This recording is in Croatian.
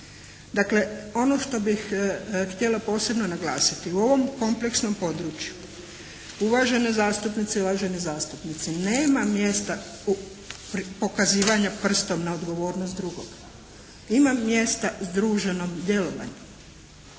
Dakle, ono što bih htjela posebno naglasiti, u ovom kompleksnom području uvažene zastupnice i uvaženi zastupnici nema mjesta u pokazivanju prstom na odgovornost drugog. Ima mjesta združenom djelovanju.